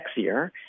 sexier